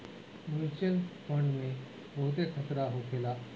mutual fund में बहुते खतरा होखेला